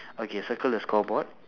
okay circle the scoreboard